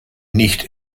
nicht